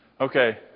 Okay